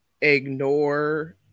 ignore